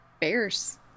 bears